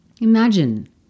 Imagine